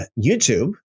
YouTube